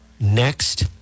next